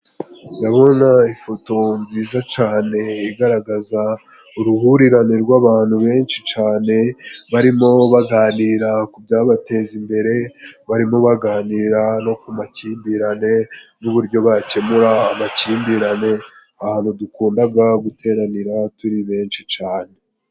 Ndabona ifoto nziza cane igaragaza uruhurirane rw'abantu benshi cane barimo baganira ku byabateza imbere, barimo baganira no ku makimbirane n'uburyo bakemura amakimbirane ,ahantu dukundaga guteranira turi benshi cane.